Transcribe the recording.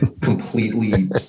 completely